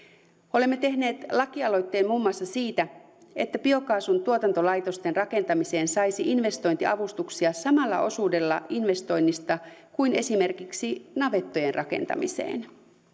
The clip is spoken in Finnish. olemme tehneet lakialoitteen muun muassa siitä että biokaasun tuotantolaitosten rakentamiseen saisi investointiavustuksia samalla osuudella investoinnista kuin esimerkiksi navettojen rakentamiseen